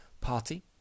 party